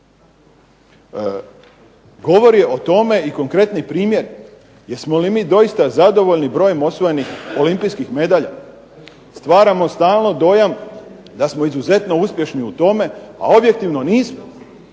Govori o tome i konkretni primjer jesmo li mi doista zadovoljni brojem osvojenih olimpijskih medalja. Stvaramo stalno dojam da smo izuzetno uspješni u tome, a objektivno nismo.